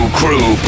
crew